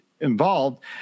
involved